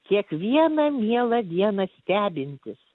kiekvieną mielą dieną stebintys